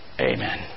Amen